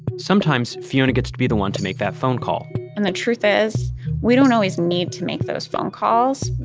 sometimes fiona gets to be the one to make that phone call and the truth is we don't always need to make those phone calls.